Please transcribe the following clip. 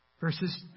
Verses